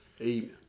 Amen